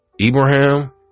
Abraham